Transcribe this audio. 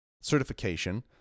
certification